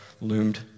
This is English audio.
loomed